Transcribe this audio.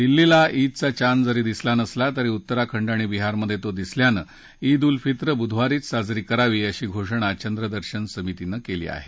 दिल्लीला ईदचा चांद जरी दिसला नसला तरी उत्तराखंड आणि बिहारमधे तो दिसल्यानं ईद उल फित्र बुधवारी साजरी करावी अशी घोषणा चंद्रदर्शन समितीनं केली आहे